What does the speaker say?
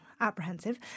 apprehensive